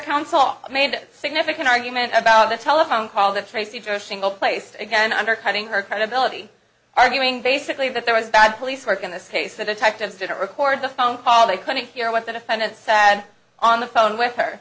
council made significant argument about the telephone call that face the church single place again undercutting her credibility arguing basically that there was bad police work in this case the detectives didn't record the phone call they couldn't hear what the defendant sad on the phone with her